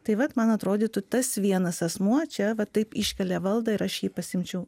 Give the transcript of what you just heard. tai vat man atrodytų tas vienas asmuo čia va taip iškelia valdą ir aš jį pasiimčiau